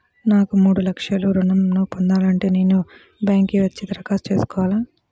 నాకు మూడు లక్షలు ఋణం ను పొందాలంటే నేను బ్యాంక్కి వచ్చి దరఖాస్తు చేసుకోవాలా?